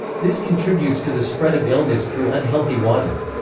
this contributes to the spread of illness through unhealthy water.